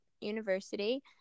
University